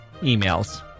emails